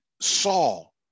Saul